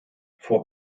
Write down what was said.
vor